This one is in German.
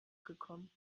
gekommen